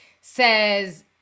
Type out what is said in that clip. says